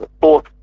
fourth